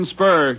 Spur